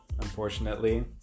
unfortunately